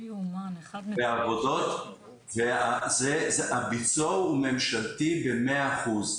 הביצוע הוא ממשלתי במאה אחוזים.